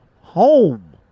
home